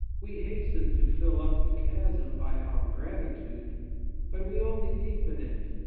we hasten to fill up the chasm by our gratitude but we only deepen it,